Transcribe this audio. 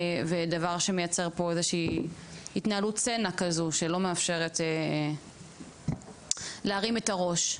ודבר שמייצר פה איזושהי התנהלות צנע כזו שלא מאפשרת להרים את הראש?